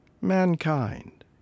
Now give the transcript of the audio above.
Mankind